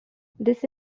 this